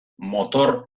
motor